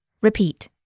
repeat